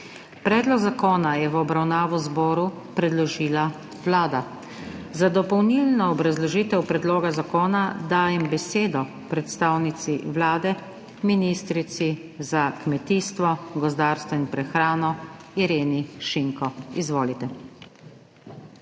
Predlog zakona je v obravnavo zboru predložila Vlada. Za dopolnilno obrazložitev predloga zakona dajem besedo predstavnici Vlade, ministrici za kmetijstvo, gozdarstvo in prehrano Ireni Šinko. Izvolite.